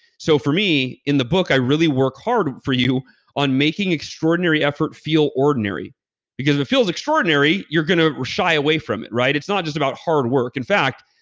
so for me, in the book, i really work hard for you on making extraordinary effort feel ordinary because if it feels extraordinary, you're gonna shy away from it. it's not just about hard work. in fact,